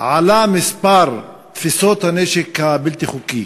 2014 עלה מספר תפיסות הנשק הבלתי-חוקי